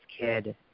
kid